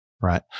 right